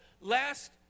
last